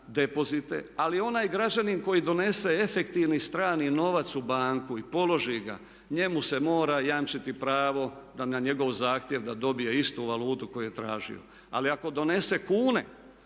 Ali onaj građanin koji donese efektivni strani novac u banku i položi ga njemu se mora jamčiti pravo da na njegov zahtjev da dobije istu valutu koju je tražio. Ali ako donese kune